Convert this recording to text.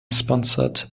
sponsored